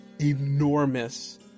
enormous